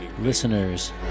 listeners